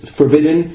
forbidden